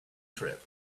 trip